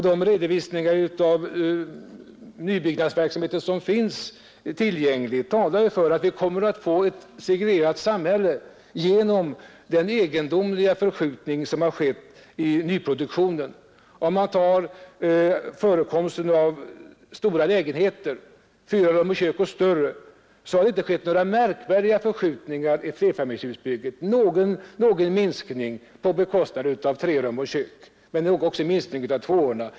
De redovisningar av nybyggnadsverksamheten som finns tillgängliga talar för att vi kommer att få ett segregerat samhälle genom den egendomliga förskjutning som skett i nyproduktionen. I fråga om förekomsten av stora lägenheter, fyra rum och kök och större, har det inte skett några märkvärdiga förskjutningar i flerfamiljsbyggen, endast någon minskning av trerumslägenheterna på bekostnad av tvåorna.